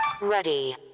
Ready